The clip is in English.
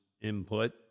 input